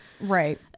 right